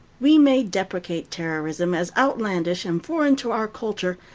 we may deprecate terrorism as outlandish and foreign to our culture,